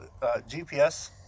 GPS